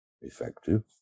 effective